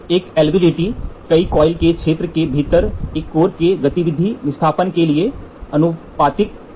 एक LVDT कई coil के क्षेत्र के भीतर एक कोर के गतिविधि विस्थापन के लिए आनुपातिक उत्पादन करता है